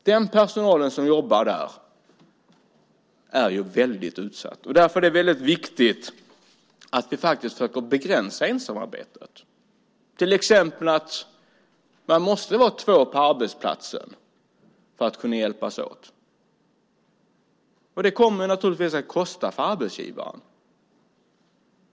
Den personal som jobbar på sådana ställen är väldigt utsatt. Därför är det viktigt att vi försöker begränsa ensamarbetet. Till exempel måste det vara två på arbetsplatsen så att man kan hjälpas åt. Det kommer naturligtvis att kosta för arbetsgivaren.